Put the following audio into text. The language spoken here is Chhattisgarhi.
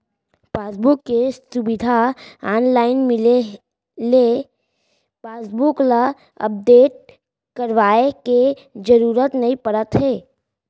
पासबूक के सुबिधा ऑनलाइन मिले ले पासबुक ल अपडेट करवाए के जरूरत नइ परत हे